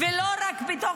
הגדה המערבית דואגת